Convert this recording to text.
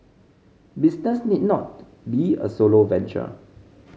business need not be a solo venture